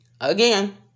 Again